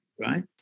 right